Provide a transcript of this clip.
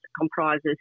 comprises